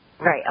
Right